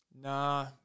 Nah